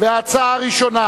ההצעה הראשונה